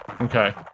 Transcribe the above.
Okay